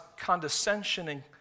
condescensioning